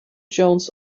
jones